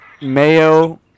mayo